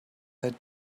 that